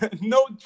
no